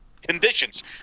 Conditions